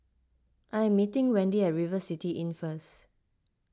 I am meeting Wendy at River City Inn first